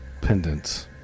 pendants